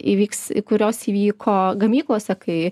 įvyks kurios įvyko gamyklose kai